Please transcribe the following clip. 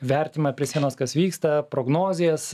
vertimą prie sienos kas vyksta prognozės